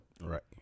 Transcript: Right